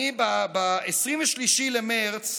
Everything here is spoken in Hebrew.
ב-23 במרץ,